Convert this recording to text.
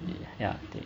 ya 对